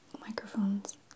microphones